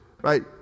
right